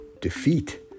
defeat